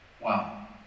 wow